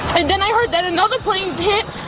and then i heard that another plane hit.